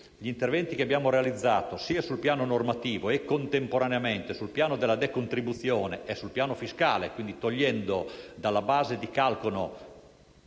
gli interventi che abbiamo realizzato sul piano normativo e, contemporaneamente, sul piano della decontribuzione e sul piano fiscale, togliendo dalla base di calcolo